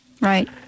Right